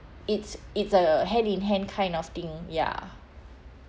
it's it's a hand in hand kind of thing ya